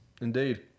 Indeed